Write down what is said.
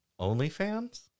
OnlyFans